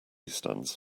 stands